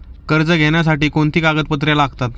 कर्ज घेण्यासाठी कोणती कागदपत्रे लागतात?